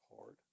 hard